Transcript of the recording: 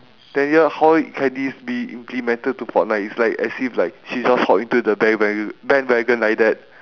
then ya how it can this be implemented to fortnite is like as if like she just hog into the bandwa~ bandwagon like that